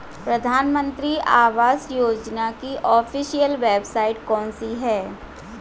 प्रधानमंत्री आवास योजना की ऑफिशियल वेबसाइट कौन सी है?